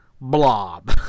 blob